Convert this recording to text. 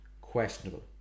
questionable